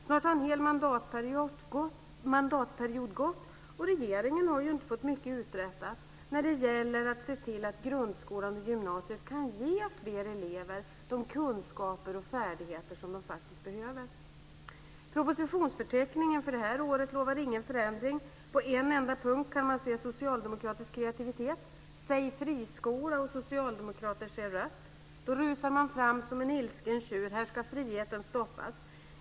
Snart har en hel mandatperiod gått, och regeringen har ju inte fått mycket uträttat när det gäller att se till att grundskolan och gymnasiet kan ge fler elever de kunskaper och färdigheter de faktiskt behöver. Propositionsförteckningen för det här året lovar ingen förändring. På en enda punkt kan man se socialdemokratisk kreativitet. Säg friskola, och socialdemokrater ser rött. Då rusar man fram som en ilsken tjur. Här ska friheten stoppas.